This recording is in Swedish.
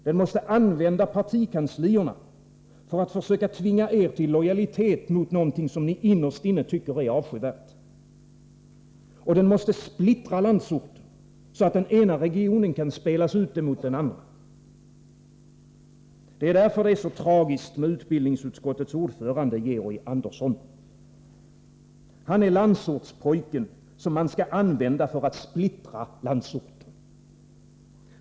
Den måste använda partikanslierna för att försöka tvinga er till lojalitet mot något ni innerst inne tycker är avskyvärt. Den måste splittra landsorten, så att den ena regionen kan spelas ut mot den andra. Det är därför det är så tragiskt med utbildningsutskottets ordförande Georg Andersson. Han är landsortspojken, som man skall använda för att splittra landsorten.